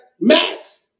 max